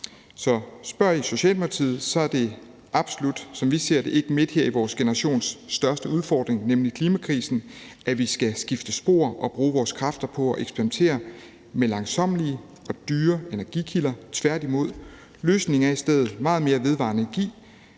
Så spørger I Socialdemokratiet, er det absolut, som vi ser det, ikke her midt i vores generations største udfordring, nemlig klimakrisen, at vi skal skifte spor og bruge vores kræfter på at eksperimentere med langsommelige og dyre energikilder, tværtimod. Løsningen er i stedet meget mere vedvarende energi.